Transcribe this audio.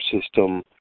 system